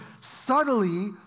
subtly